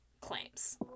claims